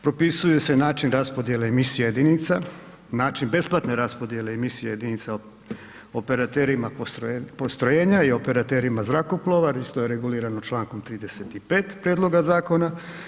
Propisuju se način raspodjele emisija jedinica, način besplatne raspodjele emisije jedinica operaterima postrojenja i operaterima zrakoplova, isto je regulirano člankom 35. prijedloga zakona.